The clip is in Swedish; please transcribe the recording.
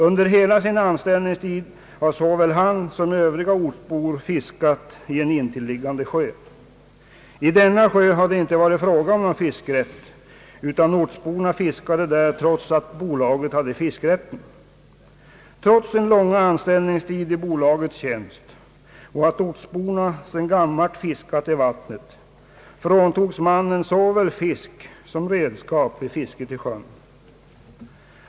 Under hela sin anställningstid hade såväl han som öÖövriga ortsbor fiskat i en intilliggande sjö. I denna sjö hade det inte varit fråga om någon fiskerätt, utan ortsborna fiskade där trots att bolaget ägde fiskerätten. Trots sin långa anställningstid i bolagets tjänst och trots att ortsborna sedan gammalt fiskat i denna sjö fråntogs mannen såväl fisk som redskap vid fiske i sjön.